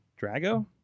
Drago